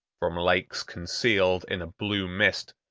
from lakes concealed in a blue mist,